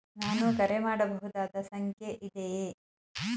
ನಾನು ಕರೆ ಮಾಡಬಹುದಾದ ಸಂಖ್ಯೆ ಇದೆಯೇ?